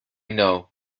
know